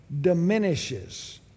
diminishes